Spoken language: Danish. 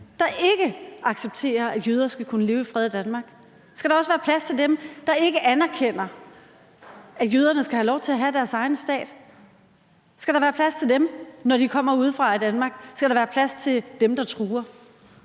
der ikke accepterer, at jøder skal kunne leve i fred i Danmark? Skal der også være plads til dem, der ikke anerkender, at jøderne skal have lov til at have deres egen stat? Skal der være plads til dem i Danmark, når de kommer udefra? Skal der være plads til dem, der truer?